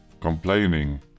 complaining